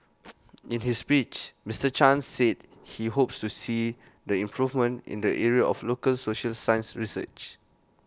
in his speech Mister chan said he hopes to see the improvements in the area of local social science research